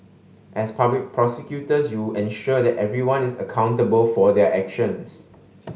as public prosecutors you ensure that everyone is accountable for their actions